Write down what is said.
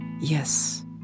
Yes